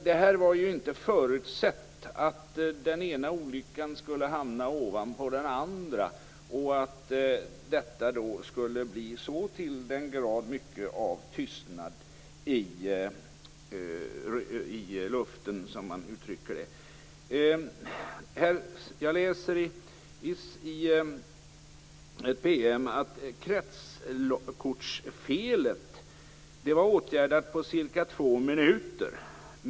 Det var ju inte förutsett att den ena olyckan skulle hamna ovanpå den andra och att detta skulle leda så till den grad av tystnad i luften. Jag läser i en PM att kretskortsfelet var åtgärdat efter cirka två minuter.